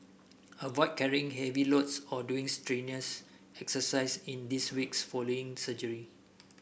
avoid carrying heavy loads or doing strenuous exercise in these weeks following surgery